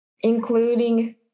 including